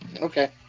Okay